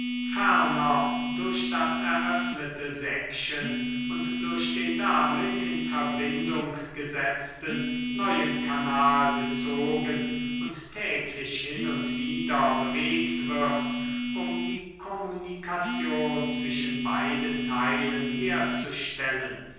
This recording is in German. durch das eröffnete säckchen und durch den damit in verbindung gesetzten neuen kanal gezogen und täglich hin und wider bewegt wird um die kommunikation zwischen beiden teilen herzustellen